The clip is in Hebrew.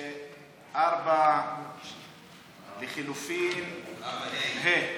סעיף 4 לחלופין ה'.